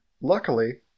luckily